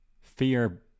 Fear